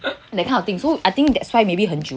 that kind of thing so I think that's why maybe 久